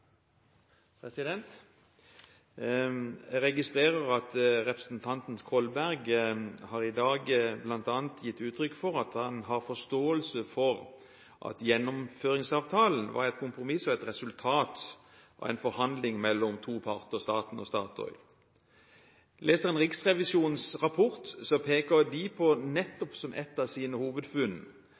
Jeg registrerer at representanten Kolberg i dag bl.a. har gitt uttrykk for at han har forståelse for at Gjennomføringsavtalen var et kompromiss og et resultat av en forhandling mellom to parter – staten og Statoil. Leser man Riksrevisjonens rapport, peker de på, nettopp som ett av sine hovedfunn,